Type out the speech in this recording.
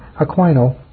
Aquino